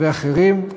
ואחרים,